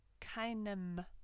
keinem